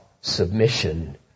submission